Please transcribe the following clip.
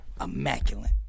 immaculate